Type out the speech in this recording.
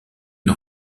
une